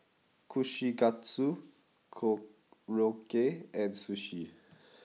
Kushikatsu Korokke and Sushi